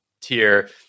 tier